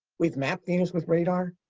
we've mapped venus with radar.